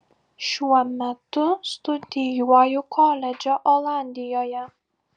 šiuo metu studijuoju koledže olandijoje